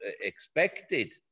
expected